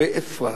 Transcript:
באפרת,